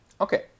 Okay